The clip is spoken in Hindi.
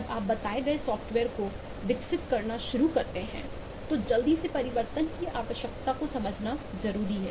जब आप बताए गए सॉफ़्टवेयर को विकसित करना शुरू करते हैं तो जल्दी से परिवर्तन की आवश्यकता को समझना जरूरी है